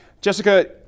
Jessica